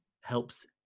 helps